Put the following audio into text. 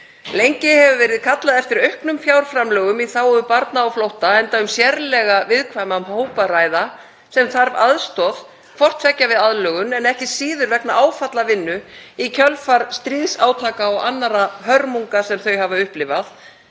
Lengi hefur verið kallað eftir auknum fjárframlögum í þágu barna á flótta, enda um sérlega viðkvæman hóp að ræða sem þarf aðstoð hvort tveggja við aðlögun en ekki síður vegna áfallavinnu í kjölfar stríðsátaka og annarra hörmunga sem þau hafa upplifað.